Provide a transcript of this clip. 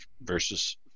versus